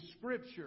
Scripture